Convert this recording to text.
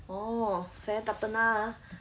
orh saya tak pernah ah